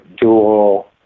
dual